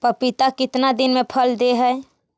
पपीता कितना दिन मे फल दे हय?